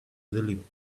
limit